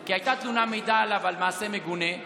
כי הייתה תלונה, מידע עליו, על מעשה מגונה,